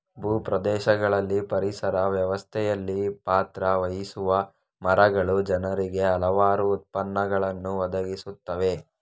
ಭೂ ಪ್ರದೇಶಗಳಲ್ಲಿ ಪರಿಸರ ವ್ಯವಸ್ಥೆಯಲ್ಲಿ ಪಾತ್ರ ವಹಿಸುವ ಮರಗಳು ಜನರಿಗೆ ಹಲವಾರು ಉತ್ಪನ್ನಗಳನ್ನು ಒದಗಿಸುತ್ತವೆ